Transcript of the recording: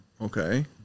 okay